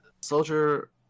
soldier